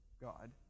God